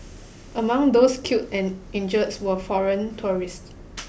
among those killed and injured were foreign tourists